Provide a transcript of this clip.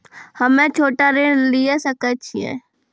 हम्मे छोटा ऋण लिये सकय छियै?